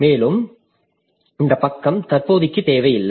மேலும் இந்த பக்கம் தற்போதைக்கு தேவையில்லை